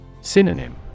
Synonym